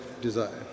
desire